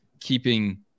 keeping